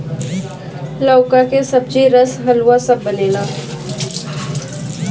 लउका के सब्जी, रस, हलुआ सब बनेला